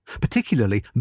particularly